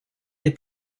dei